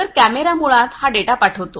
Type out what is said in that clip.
तर हा कॅमेरा मुळात हा डेटा पाठवतो